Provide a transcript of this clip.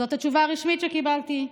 זאת התשובה הרשמית שקיבלתי.